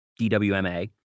DWMA